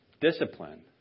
discipline